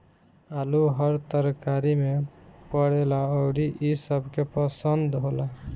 आलू हर तरकारी में पड़ेला अउरी इ सबके पसंद होला